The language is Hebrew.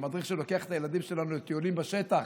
המדריך שלוקח את הילדים שלנו לטיולים בשטח.